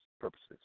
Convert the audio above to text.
purposes